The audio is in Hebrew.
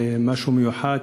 ומשהו מיוחד,